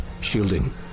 Shielding